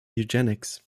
eugenics